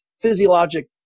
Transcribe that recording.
physiologic